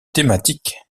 thématique